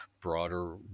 broader